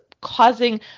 causing